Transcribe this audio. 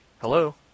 Hello